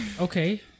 Okay